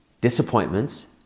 disappointments